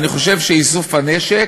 אני חושב שאיסוף הנשק,